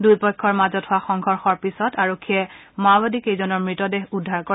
দুয়োপক্ষৰ মাজত হোৱা সংঘৰ্ষৰ পিছত আৰক্ষীয়ে মাওবাদী কেইজনৰ মৃতদেহ উদ্ধাৰ কৰে